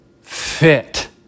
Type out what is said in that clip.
fit